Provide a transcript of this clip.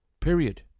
period